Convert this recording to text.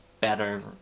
better